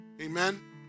Amen